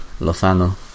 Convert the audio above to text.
Lozano